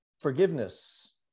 forgiveness